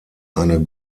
eine